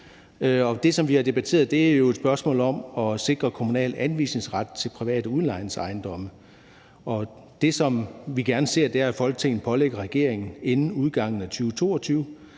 Det, som vi har debatteret, er jo et spørgsmål om at sikre kommunal anvisningsret til private udlejningsejendomme, og det, som vi gerne ser, er, at Folketinget pålægger regeringen inden udgangen af 2022